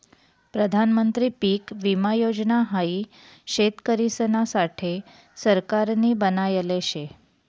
प्रधानमंत्री पीक विमा योजना हाई शेतकरिसना साठे सरकारनी बनायले शे